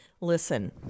Listen